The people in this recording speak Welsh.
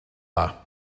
dda